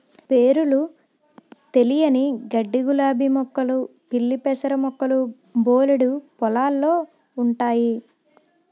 పేరులు తెలియని గడ్డిగులాబీ మొక్కలు పిల్లిపెసర మొక్కలు బోలెడు పొలాల్లో ఉంటయి